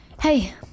Hey